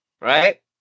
right